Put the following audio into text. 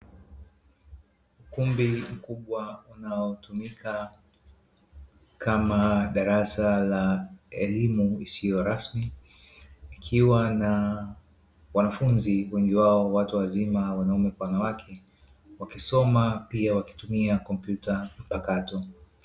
Ukumbi mkubwa unaotumika kama darasa la elimu isiyo rasmi ukiwa na wanafunzi wengi wao watu wazima wanaume kwa wanawake wakisoma pia wakitumia kompyuta mpakato.